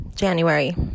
January